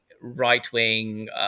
right-wing